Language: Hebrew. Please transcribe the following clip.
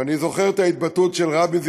ואני זוכר את ההתבטאות של רבין,